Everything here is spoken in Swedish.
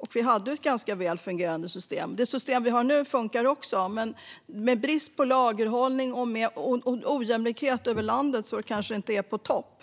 Och vi hade ett ganska väl fungerande system. Det system vi har nu funkar också, men med brist på lagerhållning och en ojämlikhet över landet är det kanske inte på topp.